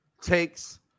takes